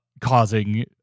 causing